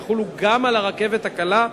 יחולו גם על הרכבת הקלה,